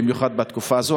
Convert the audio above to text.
בייחוד בתקופה הזאת,